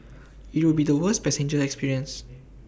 IT would be the worst passenger experience